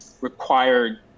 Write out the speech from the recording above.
required